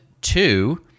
two